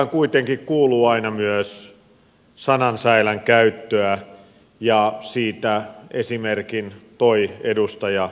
politiikkaan kuitenkin kuuluu aina myös sanan säilän käyttöä ja siitä esimerkin toi edustaja lindtman